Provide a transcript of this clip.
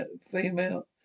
female